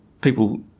people